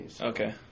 Okay